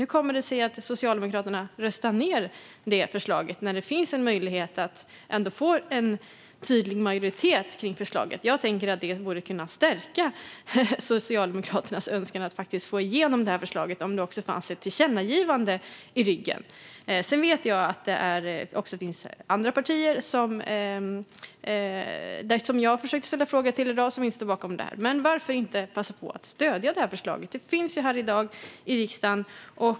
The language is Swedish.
Hur kommer det sig att Socialdemokraterna röstar ned det förslaget när det finns en möjlighet att få en tydlig majoritet för förslaget? Jag tänker att det borde kunna stärka Socialdemokraternas önskan att få igenom förslaget om det också fanns ett tillkännagivande i ryggen. Sedan vet jag att det också finns andra partier som jag har försökt att ställa frågor till i dag som inte står bakom detta. Men varför passa på att stödja förslaget? Det finns här i dag i riksdagen.